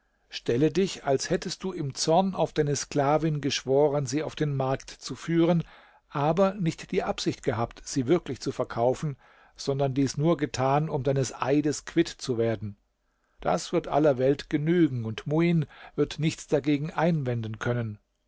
stelle dich als hättest du im zorn auf deine sklavin geschworen sie auf den markt zu führen aber nicht die absicht gehabt sie wirklich zu verkaufen sondern dies nur getan um deines eides quitt zu werden das wird aller welt genügen und muin wird nichts dagegen einwenden können